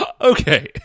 Okay